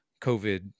covid